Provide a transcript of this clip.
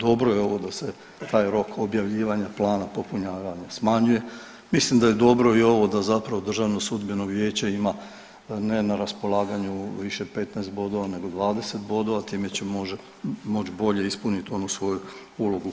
Dobro je ovo da se taj rok objavljivanja plana popunjavanja smanjuje, mislim da je dobro i ova da zapravo DSV ima ne na raspolaganju više 15 bodova nego 20 bodova, time će moći bolje ispuniti onu svoju ulogu